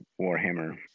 Warhammer